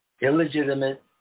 illegitimate